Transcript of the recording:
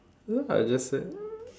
you know what I just said